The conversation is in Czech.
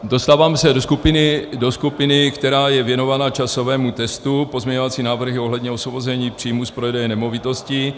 Dostáváme se do skupiny, která je věnována časovému testu, pozměňovací návrhy ohledně osvobození příjmů z prodeje nemovitostí.